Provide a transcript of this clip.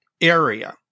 area